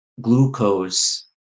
glucose